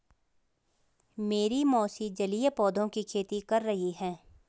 मेरी मौसी जलीय पौधों की खेती कर रही हैं